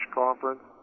conference